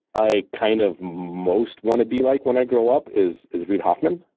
i kind of most want to be like when i grow up is is reid hoffman.